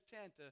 tent